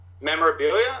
Memorabilia